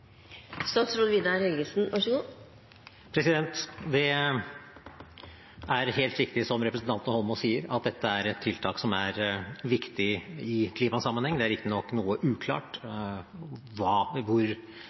Det er helt riktig, som representanten Eidsvoll Holmås sier, at dette er et tiltak som er viktig i klimasammenheng. Det er riktignok noe uklart hvor